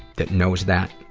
that knows that,